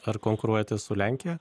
ar konkuruojate su lenkija